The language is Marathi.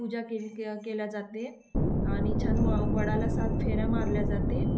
पूजा केल् के केली जाते आणि छान व वडाला सात फेऱ्या मारल्या जाते